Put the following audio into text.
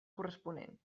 corresponent